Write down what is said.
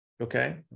Okay